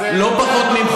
אני לא מזלזל.